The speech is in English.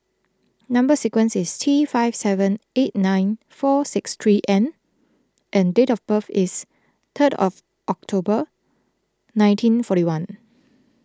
Number Sequence is T five seven eight nine four six three N and date of birth is third of October nineteen forty one